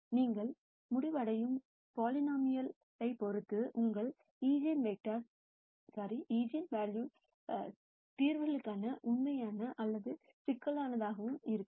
நீங்கள் முடிவடையும் பலினோமினல் பொறுத்து உங்கள் ஈஜென்வெல்யூஸ் பிரச்சினைக்கான தீர்வு உண்மையான அல்லது சிக்கலானதாக இருக்கலாம்